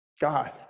God